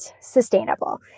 sustainable